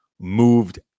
moved